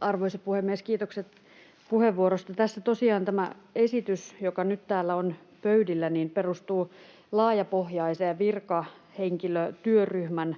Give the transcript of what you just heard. Arvoisa puhemies! Kiitokset puheenvuorosta. Tosiaan tämä esitys, joka nyt täällä on pöydillä, perustuu laajapohjaisen virkahenkilötyöryhmän